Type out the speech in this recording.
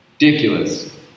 Ridiculous